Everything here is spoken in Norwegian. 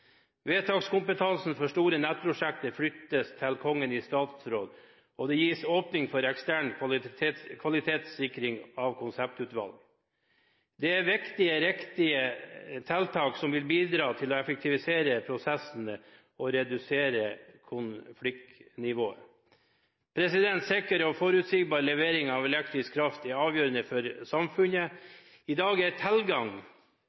Vedtakskompetansen for store nettprosjekter flyttes til Kongen i statsråd, og det gis åpning for ekstern kvalitetssikring av konseptvalg. Dette er viktige og riktige tiltak som vil bidra til å effektivisere prosessene og redusere konfliktnivået. Sikker og forutsigbar levering av elektrisk kraft er avgjørende for